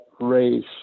race